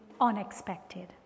unexpected